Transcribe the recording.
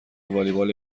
والیبال